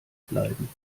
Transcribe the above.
bleiben